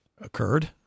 occurred